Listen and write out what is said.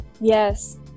yes